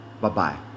Bye-bye